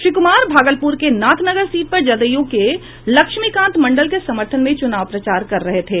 श्री कुमार भागलपुर के नाथनगर सीट पर जदयू के लक्ष्मी कांत मंडल के समर्थन में चूनाव प्रचार कर रहे थे